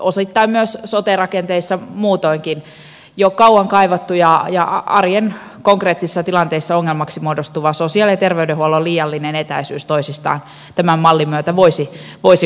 osittain myös sote rakenteissa muutoinkin jo kauan havaittu ja arjen konkreettisissa tilanteissa ongelmaksi muodostuva sosiaali ja terveydenhuollon liiallinen etäisyys toisistaan tämän mallin myötä voisi korjaantua